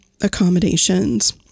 accommodations